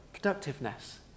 Productiveness